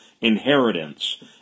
inheritance